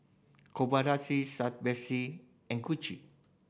Betsy and Gucci